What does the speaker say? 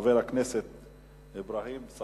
הצעה לסדר-היום מס' 3091. חבר הכנסת אברהים צרצור,